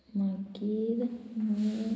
मागीर